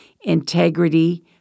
integrity